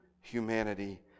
humanity